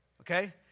okay